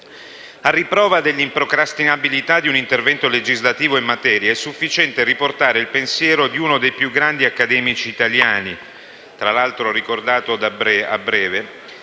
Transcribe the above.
A riprova dell'improcrastinabilità di un intervento legislativo in materia è sufficiente riportare il pensiero di uno dei più grandi accademici italiani, Aldo Moro (tra